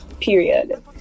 period